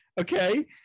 okay